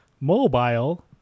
mobile